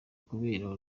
kubera